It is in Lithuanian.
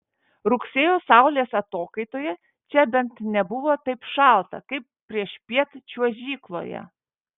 rugsėjo saulės atokaitoje čia bent nebuvo taip šalta kaip priešpiet čiuožykloje